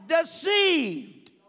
deceived